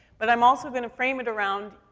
but i'm also gonna frame it around,